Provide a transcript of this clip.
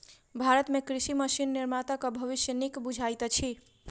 भारत मे कृषि मशीन निर्माताक भविष्य नीक बुझाइत अछि